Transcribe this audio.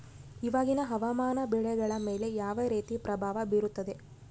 ಇವಾಗಿನ ಹವಾಮಾನ ಬೆಳೆಗಳ ಮೇಲೆ ಯಾವ ರೇತಿ ಪ್ರಭಾವ ಬೇರುತ್ತದೆ?